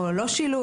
או לא שילוב.